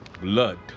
Blood